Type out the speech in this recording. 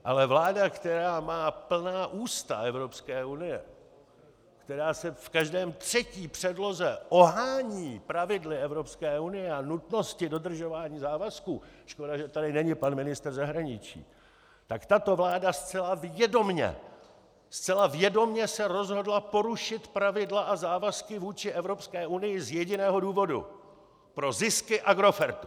Ale vláda, která má plná ústa Evropské unie, která se v každé třetí předloze ohání pravidly Evropské unie a nutností dodržování závazků škoda, že tady není pan ministr zahraničí tak tato vláda zcela vědomě zcela vědomě se rozhodla porušit pravidla a závazky vůči Evropské unii z jediného důvodu: pro zisky Agrofertu.